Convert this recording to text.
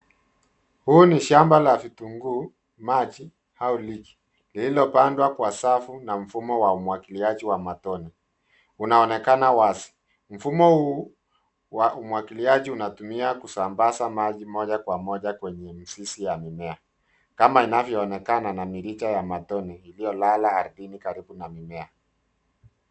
Huu ni shamba la vitunguu maji au liki lililopandwa kwa safu na mfumo wa umwagiliaji wa matone unaonekana wazi. Mfumo huu wa umwagiliaji unatumia kusambaza maji moja kwa moja kwenye mzizi ya mimea kama inavyoonekana na mirija ya matone iliyolala ardhini karibu na mimea.